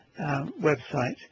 website